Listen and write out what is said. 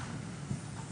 כמובן.